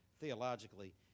theologically